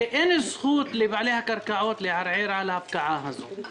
ואין זכות לבעלי הקרקעות לערער על ההפקעה הזאת.